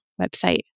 website